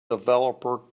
developer